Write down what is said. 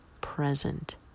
present